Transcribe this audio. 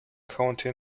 county